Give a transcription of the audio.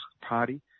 party